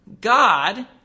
God